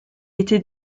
était